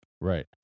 Right